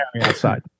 outside